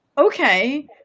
okay